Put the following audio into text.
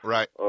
Right